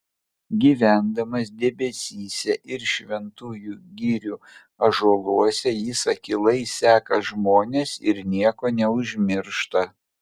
gyvendamas debesyse ir šventųjų girių ąžuoluose jis akylai seka žmones ir nieko neužmiršta